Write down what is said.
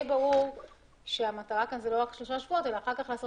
ברור שהמטרה כאן היא לא רק התקופה הזו אלא החקיקה